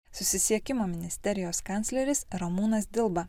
susisiekimo ministerijos kancleris ramūnas dilba